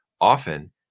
often